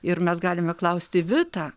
ir mes galime klausti vitą